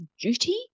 duty